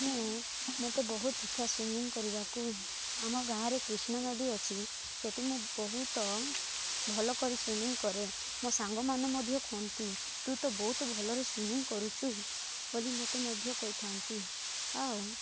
ମୁଁ ମୋତେ ବହୁତ ଇଚ୍ଛା ସୁଇମିଂ କରିବାକୁ ଆମ ଗାଁରେ କ୍ରିଷ୍ଣା ନଦୀ ଅଛି ସେଇଠି ମୁଁ ବହୁତ ଭଲକରି ସୁଇମିଂ କରେ ମୋ ସାଙ୍ଗମାନେ ମଧ୍ୟ କୁହନ୍ତି ତୁ ତ ବହୁତ ଭଲରେ ସୁଇମିଂ କରୁଛୁ ବୋଲି ମୋତେ ମଧ୍ୟ କହିଥାନ୍ତି ଆଉ